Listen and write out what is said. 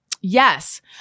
Yes